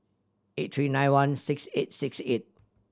eight three nine one six eight six eight